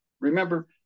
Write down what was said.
remember